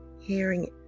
hearing